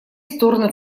стороны